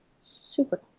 super